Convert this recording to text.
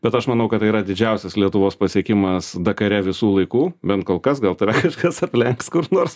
bet aš manau kad tai yra didžiausias lietuvos pasiekimas dakare visų laikų bent kol kas gal tave kažkas aplenks kur nors